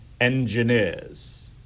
engineers